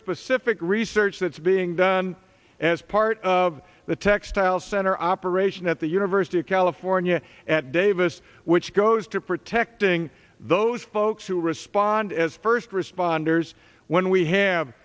specific research that's being done as part of the textile center operation at the university of california at davis which goes to protecting those folks who respond as first responders when we have